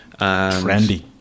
Trendy